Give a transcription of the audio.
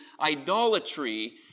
idolatry